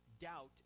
doubt